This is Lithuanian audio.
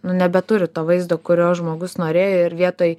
nu nebeturi to vaizdo kurio žmogus norėjo ir vietoj